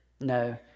No